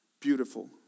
beautiful